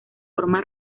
forma